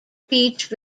beach